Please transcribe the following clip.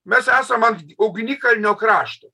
mes esam ant ugnikalnio krašto